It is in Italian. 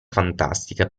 fantastica